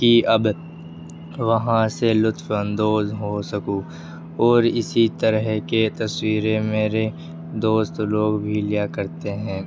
کی اب وہاں سے لطف اندوز ہو سکوں اور اسی طرح کے تصویریں میرے دوست لوگ بھی لیا کرتے ہیں